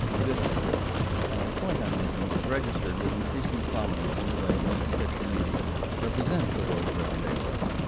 this point i'm making is registered with increasing prominence in the way motion picture media represent the world of everyday life.